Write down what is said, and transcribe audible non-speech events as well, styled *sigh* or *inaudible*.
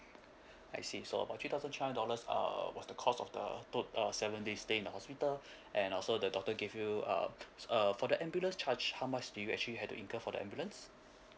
I see so about three thousand three hundred dollars err was the cost of the tot~ uh seven days stay in the hospital *breath* and also the doctor gave you uh uh for the ambulance charge how much did you actually have to incur for the ambulance